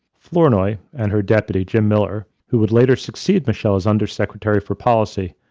flournoy and her deputy, jim miller, who would later succeed michele is undersecretary for policy,